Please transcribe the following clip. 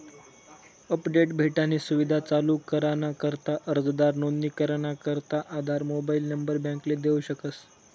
update भेटानी सुविधा चालू कराना करता अर्जदार नोंदणी कराना करता आधार मोबाईल नंबर बॅकले देऊ शकस